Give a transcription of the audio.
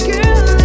Girl